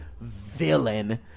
villain